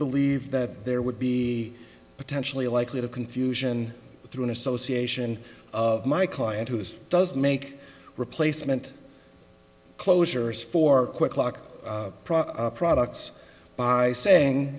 believed that there would be potentially likely to confusion through an association of my client who is does make replacement closures for quick lock products by saying